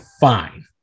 fine